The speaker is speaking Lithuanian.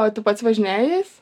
o tu pats važinėjais